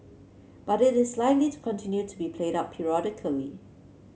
but it is likely to continue to be played up periodically